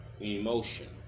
emotion